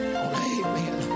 Amen